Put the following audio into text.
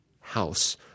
house